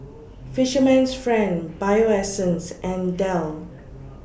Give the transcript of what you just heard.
Fisherman's Friend Bio Essence and Dell